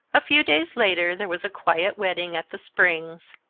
a few days later there was a quiet wedding at the springs.